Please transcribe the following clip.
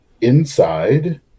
inside